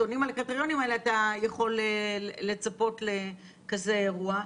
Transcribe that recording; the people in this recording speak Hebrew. עונים על הקריטריונים האלה אתה יכול לצפות לכזה אירוע.